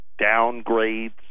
downgrades